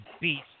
beast